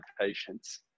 patients